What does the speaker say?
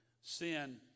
Sin